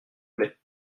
plait